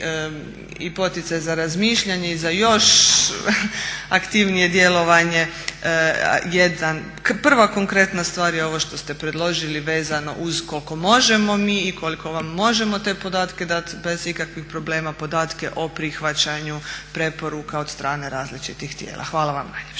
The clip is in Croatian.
i poticaj za razmišljanje i za još aktivnije djelovanje. Prva konkretna stvar je ovo što ste predložili vezano uz koliko možemo mi i koliko vam možemo te podatke dati bez ikakvih problema podatke o prihvaćanju preporuka od strane različitih tijela. Hvala vam najljepša.